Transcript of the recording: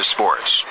Sports